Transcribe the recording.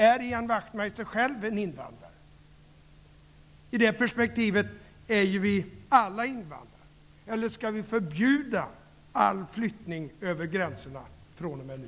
Är Ian Wachtmeister själv en invandrare? I det perspektivet är vi alla invandrare. Eller skall vi förbjuda all flyttning över gränserna fr.o.m. nu?